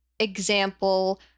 example